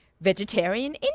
vegetarian